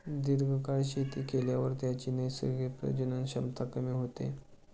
दीर्घकाळ शेती केल्यावर त्याची नैसर्गिक प्रजनन क्षमता कमी होते